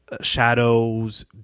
Shadow's